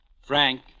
Frank